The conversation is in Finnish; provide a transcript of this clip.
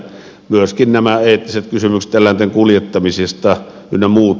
myöskin nämä eettiset kysymykset eläinten kuljettamisista ynnä muut